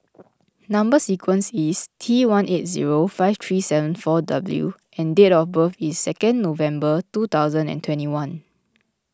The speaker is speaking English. Number Sequence is T one eight zero five three seven four W and date of birth is second November two thousand and twenty one